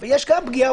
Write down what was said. ויש גם פגיעה,